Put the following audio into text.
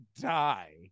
die